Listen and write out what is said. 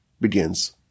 begins